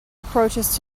approaches